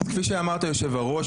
כפי שאמרת יושב הראש,